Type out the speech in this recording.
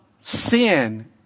sin